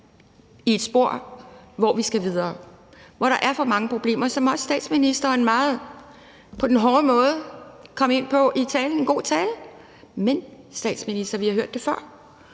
i et spor, som vi skal væk fra, og hvor der er for mange problemer, som også statsministeren på den hårde måde kom ind på i talen. Det var en god tale. Men, statsminister, vi har hørt det før.